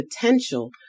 potential